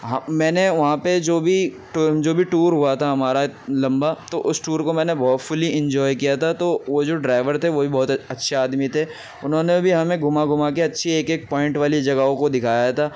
میں نے وہاں پہ جو بھی ٹو جو بھی ٹور ہوا تھا ہمارا لمبا تو اس ٹور کو میں نے فلی انجوائے کیا تھا تو وہ جو ڈرائیور تھے وہ بھی بہت اچھے آدمی تھے انہوں نے بھی ہمیں گھما گھما کے اچھی ایک ایک پوائنٹ والی جگہوں کو دکھایا تھا